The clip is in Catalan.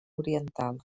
oriental